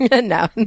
No